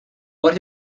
but